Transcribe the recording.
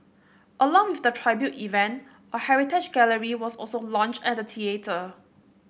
along with the tribute event a heritage gallery was also launched at the theatre